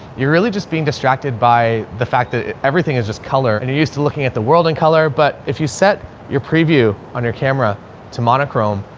you're really just being distracted by the fact that everything is just color and you're used to looking at the world in color. but if you set your preview on your camera to monochrome,